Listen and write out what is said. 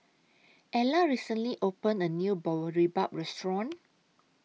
Ela recently opened A New Boribap Restaurant